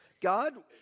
God